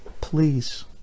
Please